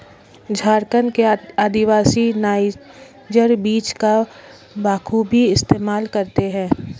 झारखंड के आदिवासी नाइजर बीज का बखूबी इस्तेमाल करते हैं